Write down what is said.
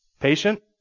Patient